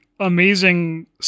amazing